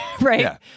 right